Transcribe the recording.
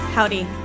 Howdy